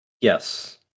Yes